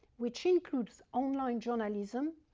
which includes online journalism,